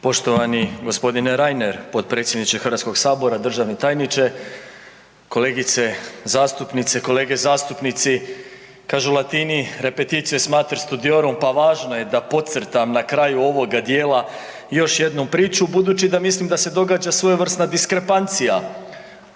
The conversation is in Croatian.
Poštovani g. Reiner, potpredsjedniče HS, državni tajniče, kolegice zastupnice, kolege zastupnici. Kažu Latini „Repetitio est mater studiorum“, pa važno je da podcrtam na kraju ovoga dijela još jednu priču budući da mislim da se događa svojevrsna diskrepancija.